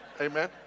Amen